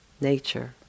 nature